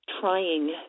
trying